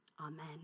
Amen